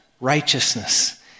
righteousness